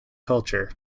culture